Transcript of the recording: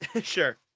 Sure